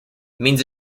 means